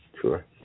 Sure